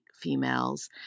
females